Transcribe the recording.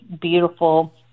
beautiful